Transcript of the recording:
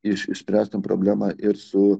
iš išspręsti problemą ir su